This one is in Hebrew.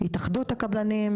התאחדות הקבלנים,